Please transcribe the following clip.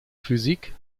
physik